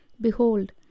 Behold